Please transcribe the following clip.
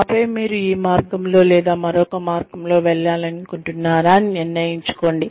ఆపై మీరు ఈ మార్గంలో లేదా మరొక మార్గంలో వెళ్లాలనుకుంటున్నారా అని నిర్ణయించుకోండి